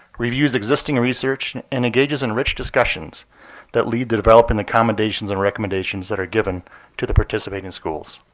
reviews existing research, and engages in rich discussions that lead to developing accommodations and recommendations that are given to the participating schools.